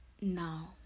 now